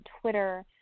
Twitter